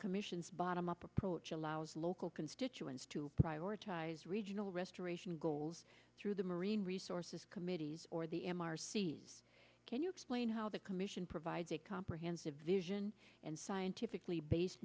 commission's bottom up approach allows local constituents to prioritize restoration goals through the marine resources committees or the m r c can you explain how the commission provide comprehensive vision and scientifically base